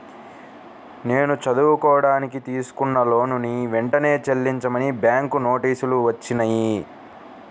నేను చదువుకోడానికి తీసుకున్న లోనుని వెంటనే చెల్లించమని బ్యాంకు నోటీసులు వచ్చినియ్యి